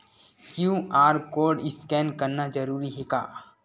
QR code scan करना जरूरी हे का?